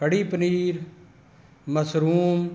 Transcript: ਕੜ੍ਹੀ paneer mushroom